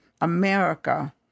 America